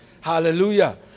Hallelujah